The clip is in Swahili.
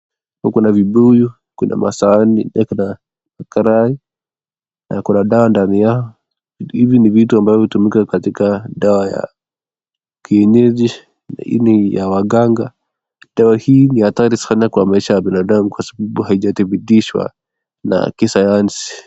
Kuna vibuyu, kuna masahani pia kuna karai na kuna dawa ndani yao. Hivi ni vitu ambavyo hutumika katika dawa ya kienyeji ya waganga. Dawa hii ni hatari sana kwa maisha ya binadamu kwa sababu haijadhibitishwa na kisayansi.